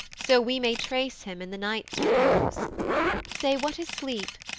so we may trace him in the night's repose say what is sleep?